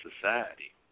society